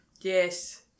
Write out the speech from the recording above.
Yes